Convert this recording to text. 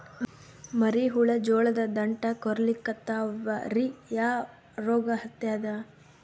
ಮರಿ ಹುಳ ಜೋಳದ ದಂಟ ಕೊರಿಲಿಕತ್ತಾವ ರೀ ಯಾ ರೋಗ ಹತ್ಯಾದ?